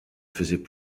faisaient